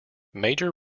major